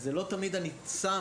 לא תמיד אני ---,